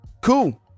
Cool